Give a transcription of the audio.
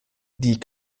die